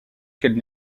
qu’elle